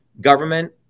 Government